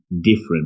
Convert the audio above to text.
different